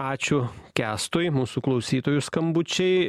ačiū kęstui mūsų klausytojų skambučiai